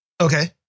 Okay